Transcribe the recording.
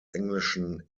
englischen